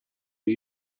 are